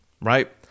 right